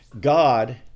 God